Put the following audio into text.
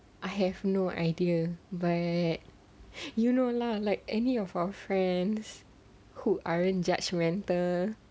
I have no idea but you know lah like any of our friends who aren't judgmental